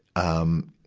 um,